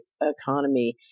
economy